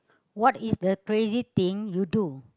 what is the crazy thing you do